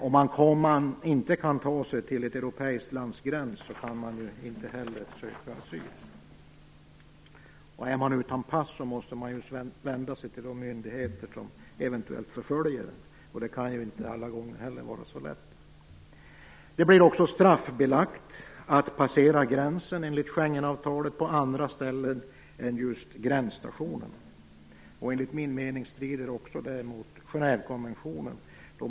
Om man inte kan ta sig till ett europeiskt lands gräns, kan man ju inte heller söka asyl. Är man utan pass måste man dessutom vända sig till de myndigheter som eventuellt förföljer en, och det kan ju inte vara så lätt alla gånger. Det blir också enligt Schengenavtalet straffbelagt att passera gränsen på andra ställen än gränsstationer. Enligt min mening strider också det mot Genèvekonventionen.